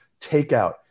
takeout